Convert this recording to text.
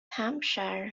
hampshire